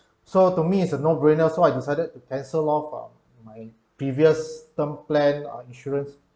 so to me it's a no brainer so I decided to cancel off uh my previous term plan ah insurance